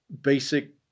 basic